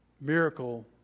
miracle